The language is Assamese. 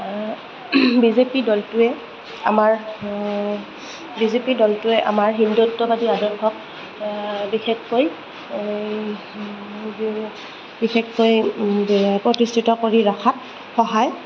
বি জে পি দলটোৱে আমাৰ বি জে পি দলটোৱে আমাৰ হিন্দত্ববাদী আদৰ্শক বিশেষকৈ বিশেষকৈ প্ৰতিষ্ঠিত কৰি ৰখাত সহায়